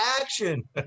action